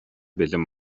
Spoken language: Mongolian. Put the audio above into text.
бэлэн